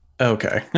Okay